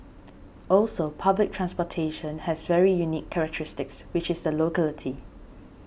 also public transportation has very unique characteristics which is the locality